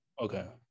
okay